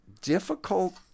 difficult